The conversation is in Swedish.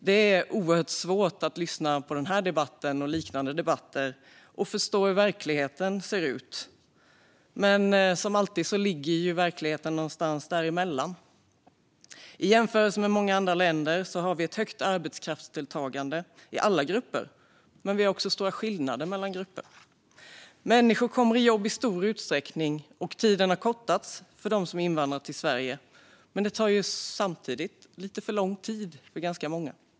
Det är svårt att av debatten förstå hur verkligheten ser ut, men som alltid ligger den någonstans däremellan. I jämförelse med många andra länder har vi ett högt arbetskraftsdeltagande i alla grupper, men vi har också stora skillnader mellan grupper. Människor kommer i stor utsträckning i jobb, och tiden har kortats för dem som invandrat till Sverige. Samtidigt tar det lite för lång tid för ganska många.